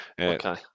Okay